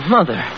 Mother